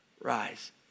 rise